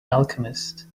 alchemist